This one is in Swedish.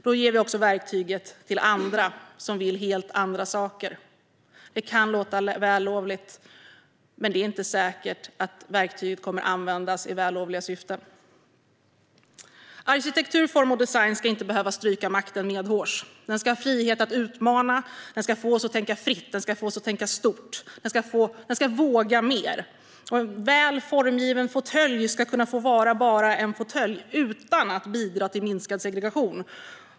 Då ger vi också detta verktyg till andra som vill helt andra saker. Det kan låta vällovligt, men det är inte säkert att verktyget kommer att användas i vällovliga syften. Arkitektur, form och design ska inte behöva stryka makten medhårs. Den ska ha frihet att utmana. Den ska få oss att tänka fritt och stort. Den ska våga mer. En väl formgiven fåtölj ska kunna få vara bara en fåtölj utan att bidra till minskad segregation.